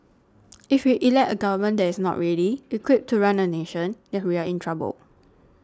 if we elect a government that is not ready equipped to run a nation then we are in trouble